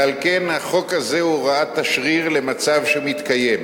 ועל כן החוק הזה הוא הוראת תשריר למצב שמתקיים.